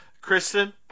Kristen